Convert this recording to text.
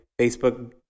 Facebook